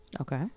okay